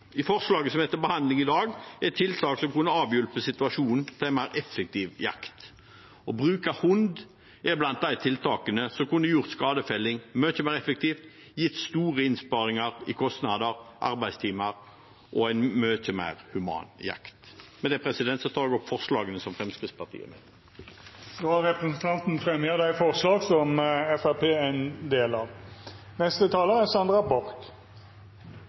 Forslaget som er til behandling i dag, er tiltak som kunne avhjulpet situasjonen til mer effektiv jakt. Å bruke hund er blant de tiltakene som kunne gjort skadefelling mye mer effektivt, gitt store innsparinger i kostnader, arbeidstimer og en mye mer human jakt. Med det tar jeg opp forslagene Fremskrittspartiet har sammen med Senterpartiet. Då har representanten Terje Halleland teke opp dei forslaga han refererte til. Bakgrunnen for at Senterpartiet har fremmet dette forslaget er